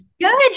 Good